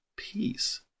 peace